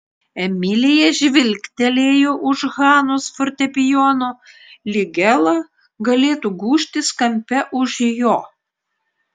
emilija žvilgtelėjo už hanos fortepijono lyg ela galėtų gūžtis kampe už jo